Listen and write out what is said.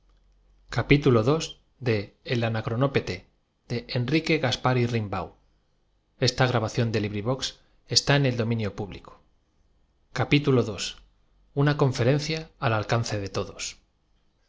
nos lo dirá una conferencia al alcance de todos